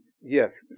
Yes